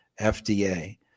FDA